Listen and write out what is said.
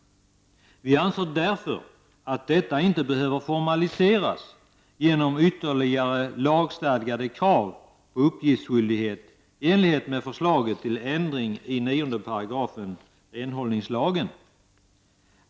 Vi anser därför att detta inte behöver formaliseras genom ytterligare lagstadgade krav på uppgiftsskyldighet i enlighet med förslaget till ändring i 9§ renhållningslagen.